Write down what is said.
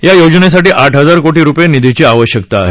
या योजनेसाठी आठ हजार कोटी रुपये निधीची आवश्यकता आहे